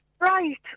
Right